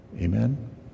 Amen